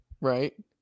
Right